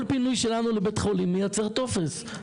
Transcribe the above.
כל פינוי שלנו לבית חולים מייצר טופס.